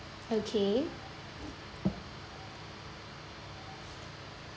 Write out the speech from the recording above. okay